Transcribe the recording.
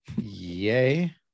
yay